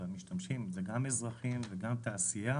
והמשתמשים זה גם אזרחים וגם תעשייה